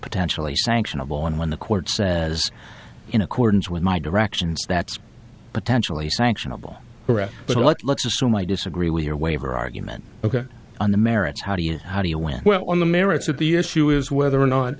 potentially sanctionable and when the court says in accordance with my directions that's potentially sanctionable correct but let's assume i disagree with your waiver argument ok on the merits how do you how do you win well on the merits of the issue is whether or